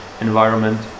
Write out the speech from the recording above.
environment